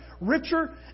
richer